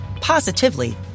positively